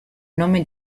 nome